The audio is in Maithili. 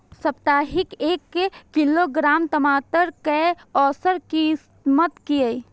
साप्ताहिक एक किलोग्राम टमाटर कै औसत कीमत किए?